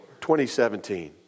2017